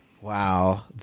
Wow